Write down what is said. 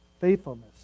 faithfulness